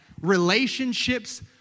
Relationships